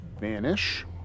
Vanish